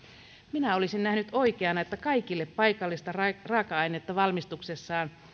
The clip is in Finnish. minä olisin nähnyt oikeana että kaikille paikallista raaka ainetta valmistuksessaan